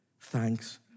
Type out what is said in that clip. thanks